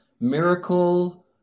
miracle